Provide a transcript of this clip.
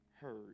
heard